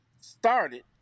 started